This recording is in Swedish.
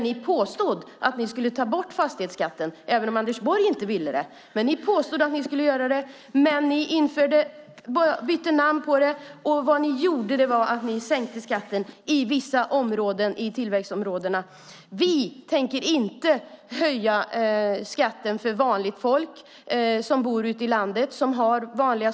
Ni påstod att ni skulle ta bort fastighetsskatten, även om Anders Borg inte ville det. Ni påstod att ni skulle göra det, men i stället bytte ni namn på den och sänkte skatten i vissa områden i tillväxtområdena. Vi tänker inte höja skatten för vanligt folk med vanliga småhus ute i landet.